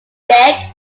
dick